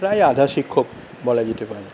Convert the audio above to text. প্রায় আধা শিক্ষক বলা যেতে পারে